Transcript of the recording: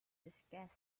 disgusted